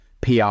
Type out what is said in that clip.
PR